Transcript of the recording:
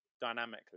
Dynamically